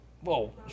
Whoa